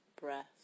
breath